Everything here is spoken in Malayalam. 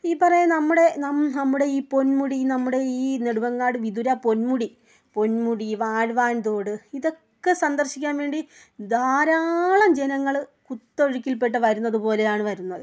ഈ പറയുന്ന നമ്മുടെ നമ്മുടെ നമ്മുടെ ഈ പൊന്മുടി നമ്മുടെ ഈ നെടുമങ്ങാട് വിതുര പൊന്മുടി പൊന്മുടി വാഴ്വാൻതോട് ഇതൊക്കെ സന്ദർശിക്കാൻ വേണ്ടി ധാരാളം ജനങ്ങൾ കുത്തൊഴുക്കിൽപെട്ട് വരുന്നത് പോലെയാണ് വരുന്നത്